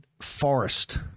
forest